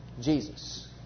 Jesus